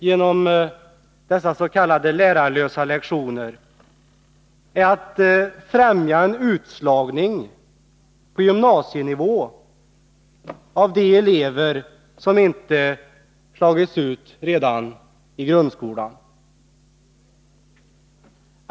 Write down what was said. Genom dessa s.k. lärarlösa lektioner främjar man en utslagning på gymnasienivå av de elever som inte har slagits ut redan i grundskolan.